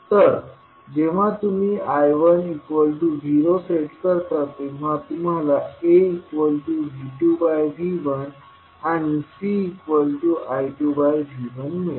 तर जेव्हा तुम्ही I1 0 सेट करता तेव्हा तुम्हाला aV2V1cI2V1 मिळेल